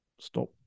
stop